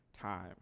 time